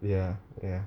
ya ya